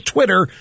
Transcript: Twitter